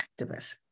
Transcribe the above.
activists